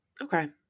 Okay